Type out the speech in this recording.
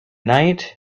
night